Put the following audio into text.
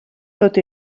tot